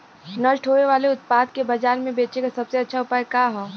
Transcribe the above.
नष्ट होवे वाले उतपाद के बाजार में बेचे क सबसे अच्छा उपाय का हो?